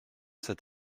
cet